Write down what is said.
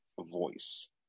voice